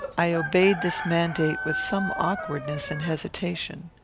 i obeyed this mandate with some awkwardness and hesitation.